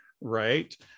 right